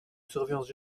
surveillance